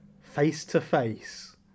face-to-face